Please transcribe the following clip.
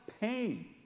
pain